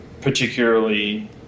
particularly